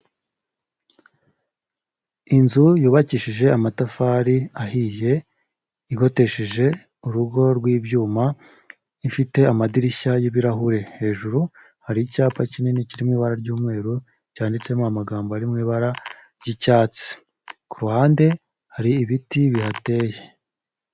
Inzu yubakishije amatafari ahiye, igotesheje urugo rw'ibyuma, ifite amadirishya y'ibirahure, hejuru hari icyapa kinini kiri mu ibara ry'umweru, cyanditsemo amagambo ari mu ibara ry'icyatsi, ku ruhande hari ibiti bihateye.